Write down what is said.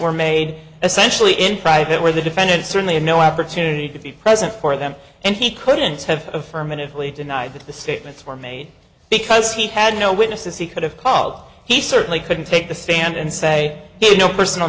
were made essentially in private where the defendant certainly had no opportunity to be present for them and he couldn't have affirmatively denied that the statements were made because he had no witnesses he could have called he certainly couldn't take the stand and say you know personal